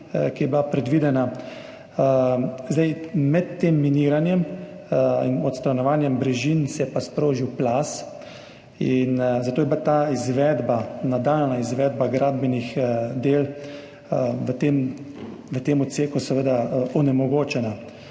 kot je bila predvidena. Med tem miniranjem in odstranjevanjem brežin se je pa sprožil plaz, zato je bila nadaljnja izvedba gradbenih del na tem odseku seveda onemogočena